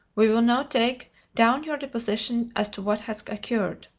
we will now take down your deposition as to what has occurred.